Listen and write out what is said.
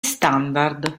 standard